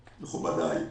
מכובדי,